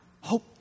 hope